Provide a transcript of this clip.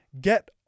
Get